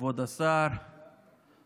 כבוד השר, חברות וחברי